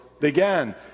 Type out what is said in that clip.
began